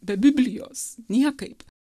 be biblijos niekaip